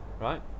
Right